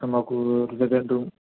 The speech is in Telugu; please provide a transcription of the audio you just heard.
మాకూ బెడ్ రూమ్